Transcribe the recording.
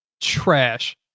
trash